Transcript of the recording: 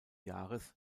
jahres